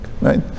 right